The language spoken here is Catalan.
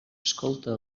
escolta